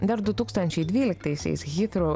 dar du tūkstančiai dvyliktaisiais hitrou